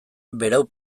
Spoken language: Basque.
berau